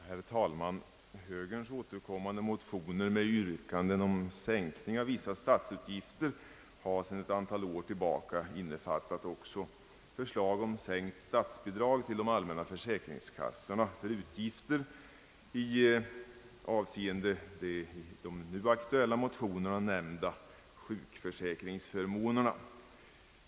Herr talman! Högerns återkommande motioner med yrkande om sänkning av vissa statsutgifter har sedan ett antal år tillbaka innefattat också förslag om sänkt statsbidrag till de allmänna försäkringskassorna för utgifter avseende i de nu aktuella motionerna nämnda sjukförsäkringsförmåner.